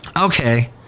Okay